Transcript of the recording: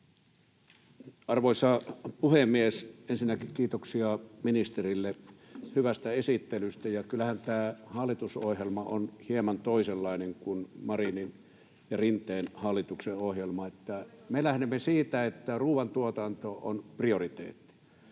Arvoisa puhemies! Ensinnäkin kiitoksia ministerille hyvästä esittelystä. Kyllähän tämä hallitusohjelma on hieman toisenlainen kuin Marinin ja Rinteen hallitusten ohjelmat. Me lähdemme siitä, että ruoantuotanto on prioriteetti.